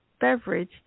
beverage